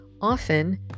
often